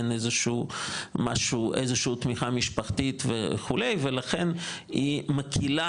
אין איזשהו תמיכה משפחתית וכו' ולכן היא מטילה